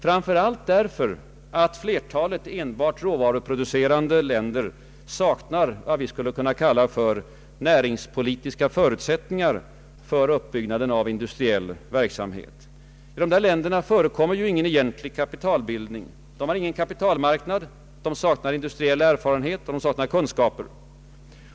Orsaken är framför allt att flertalet enbart råvaruproducerande länder saknar vad vi skulle kunna kalla för näringspolitiska förutsättningar för uppbyggnaden av industriell verksamhet. I dessa länder förekommer ju ingen egentlig kapitalbildning. De har ingen kapitalmarknad. De saknar industriell erfarenhet. De saknar kunskaper.